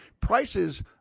prices